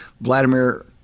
Vladimir